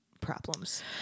Problems